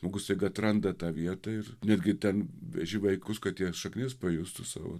žmogus staiga atranda tą vietą ir netgi ten veži vaikus kad jie šaknis pajustų su